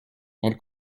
elle